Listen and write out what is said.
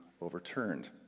overturned